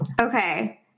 Okay